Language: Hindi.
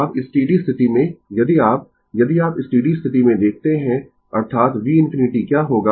अब स्टीडी स्थिति में यदि आप यदि आप स्टीडी स्थिति में देखते है अर्थात v infinity क्या होगा